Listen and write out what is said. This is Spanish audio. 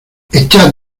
echad